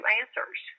answers